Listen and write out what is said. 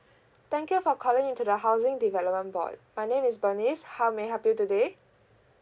thank you for calling into the housing development board my name is bernice how may I help you today